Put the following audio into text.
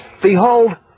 Behold